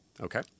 Okay